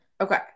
Okay